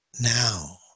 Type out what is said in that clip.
now